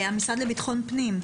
המשרד לביטחון הפנים,